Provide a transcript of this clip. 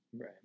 right